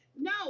No